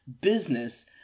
business